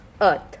Earth